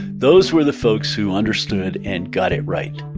those were the folks who understood and got it right.